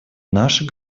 наших